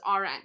RN